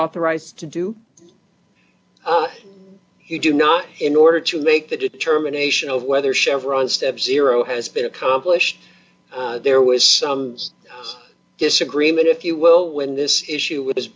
authorized to do you do not in order to make the determination of whether chevron step ciro has been accomplished there was some disagreement if you will win this issue with his